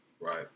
Right